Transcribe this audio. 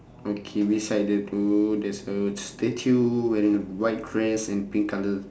okay beside the two there's a statue wearing a white crest and a pink colour